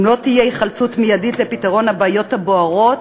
אם לא תהיה היחלצות מיידית לפתרון הבעיות הבוערות,